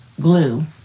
glue